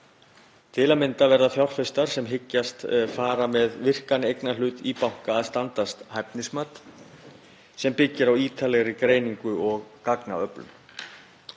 Til að mynda verða fjárfestar sem hyggjast fara með virkan eignarhlut í banka að standast hæfnismat sem byggir á ítarlegri greiningu og gagnaöflun.